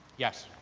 yes.